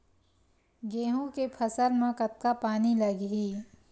गेहूं के फसल म कतका पानी लगही?